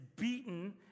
beaten